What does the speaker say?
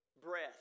breath